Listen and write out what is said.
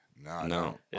No